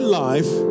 life